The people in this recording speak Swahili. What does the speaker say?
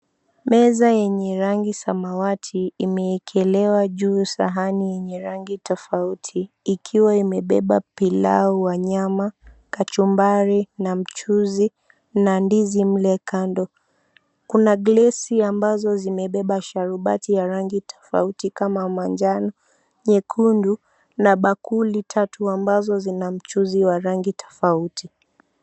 Meza yenye rangi samawati imewekelewa juu sahani yenye rangi tofauti ikiwa imebeba pilau wa nyama, kachumbari na mchuzi na ndizi mle kando. Kuna glasi ambazo zimebeba sharubati ya rangi tofauti kama manjano, nyekundu na bakuli tatu ambazo zina mchuzi wa rangi tofauti.